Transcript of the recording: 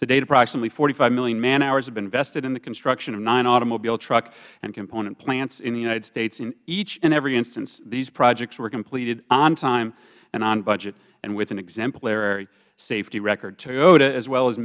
approximately forty five million man hours have been invested in the construction of nine automobile truck and component plants in the united states in each and every instance these projects were completed on time and on budget and with an exemplary safety record toyota as well as